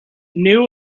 knew